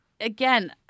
again